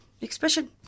expression